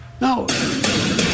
No